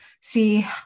see